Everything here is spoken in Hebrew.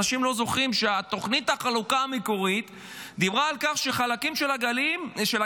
אנשים לא זוכרים שתוכנית החלוקה המקורית דיברה על כך שחלקים של הגליל